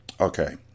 Okay